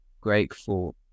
grateful